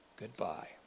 Goodbye